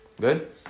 Good